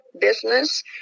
business